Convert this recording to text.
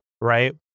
right